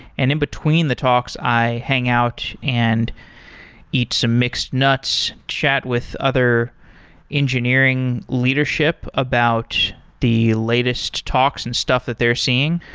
and in between the talks i hang out and eat some mixed nuts, chat with other engineering leadership about the latest talks and stuff that they're seeing,